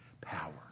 power